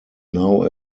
now